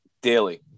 daily